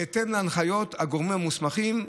בהתאם להנחיות הגורמים המוסמכים,